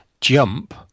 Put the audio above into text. jump